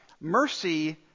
mercy